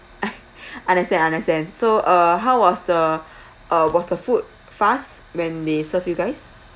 understand understand so uh how was the uh was the food fast when they serve you guys